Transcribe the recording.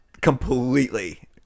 completely